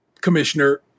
Commissioner